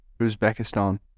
Uzbekistan